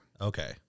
Okay